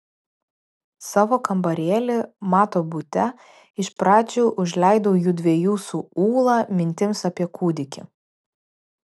savo kambarėlį mato bute iš pradžių užleidau jųdviejų su ūla mintims apie kūdikį